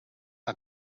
que